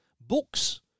books